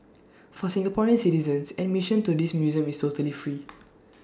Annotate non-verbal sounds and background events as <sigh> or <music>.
for Singaporean citizens admission to this museum is totally free <noise>